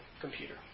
computer